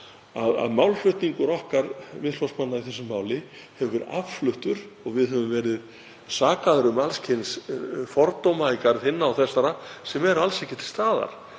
að málflutningur okkar Miðflokksmanna í þessu máli hafi verið affluttur og við höfum verið sakaðir um alls kyns fordóma í garð hinna og þessara sem eru alls ekki til staðar